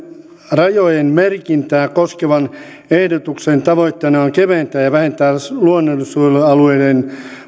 rajojen merkintää koskevan ehdotuksen tavoitteena on keventää ja vähentää luonnonsuojelualueiden